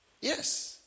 Yes